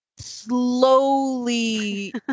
slowly